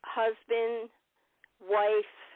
husband-wife